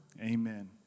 Amen